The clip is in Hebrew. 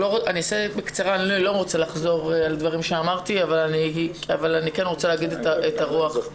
לא אחזור על דברים שאמרתי אבל אני כן רוצה לומר את הרוח שלהם.